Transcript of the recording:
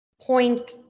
point